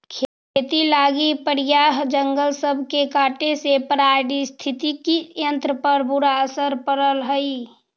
खेती लागी प्रायह जंगल सब के काटे से पारिस्थितिकी तंत्र पर बुरा असर पड़ हई